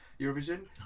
Eurovision